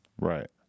Right